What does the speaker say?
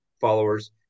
followers